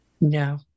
No